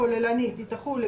אני לא מבין.